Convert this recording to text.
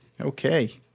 Okay